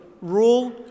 rule